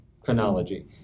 chronology